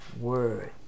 word